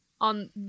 on